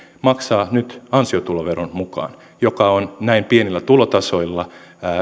maksaa nyt ansiotuloveron mukaan joka on näin pienillä tulotasoilla